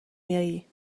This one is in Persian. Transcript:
میائی